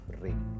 ring